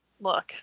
Look